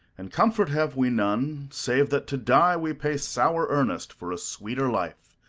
and comfort have we none, save that to die we pay sower earnest for a sweeter life.